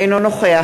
אינו נוכח